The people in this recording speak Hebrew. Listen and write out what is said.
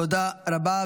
תודה רבה.